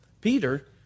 Peter